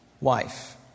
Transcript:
wife